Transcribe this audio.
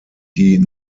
die